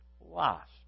lost